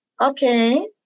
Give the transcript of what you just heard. Okay